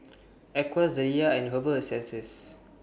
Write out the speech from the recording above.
Acwell Zalia and Herbal Essences